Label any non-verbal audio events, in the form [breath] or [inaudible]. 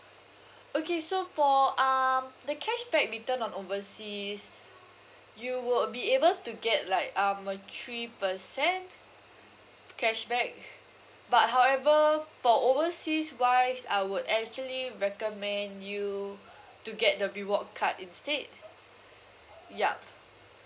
[breath] okay so for um the cashback return on overseas [breath] you would be able to get like um a three percent cashback [breath] but however for overseas wise I would actually recommend you [breath] to get the reward card instead ya